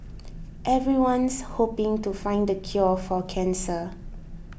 everyone's hoping to find the cure for cancer